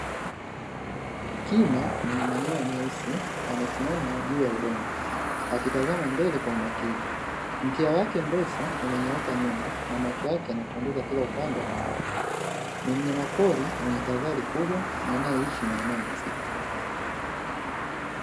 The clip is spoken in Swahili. Kima mwenye manyoya myeusi amesimama juu ya udongo, akitazama mbele kwa umakini, mkia wake mrefu umenyooka nyuma na macho yake yanachunguza kila upande. Ni mnyama pori mwenye tahadhali kubwa anayeishi maeneo ya msitu.